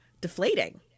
deflating